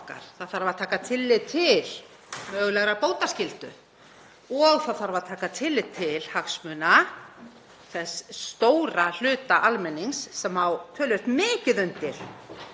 Það þarf að taka tillit til mögulegrar bótaskyldu. Og það þarf að taka tillit til hagsmuna þess stóra hluta almennings sem á töluvert mikið undir